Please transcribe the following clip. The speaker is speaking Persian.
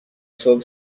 صبح